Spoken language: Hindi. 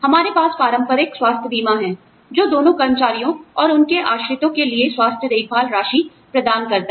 हमारे पास पारंपरिक स्वास्थ्य बीमा है जो दोनों कर्मचारियों और उनके आश्रितों के लिए स्वास्थ्य देखभाल राशि प्रदान करता है